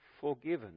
forgiven